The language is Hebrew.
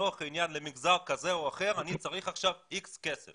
לצורך העניין למגזר כזה או אחר אני צריך עכשיו X כסף.